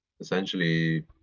Essentially